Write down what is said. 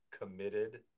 committed